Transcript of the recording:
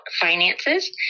finances